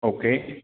okay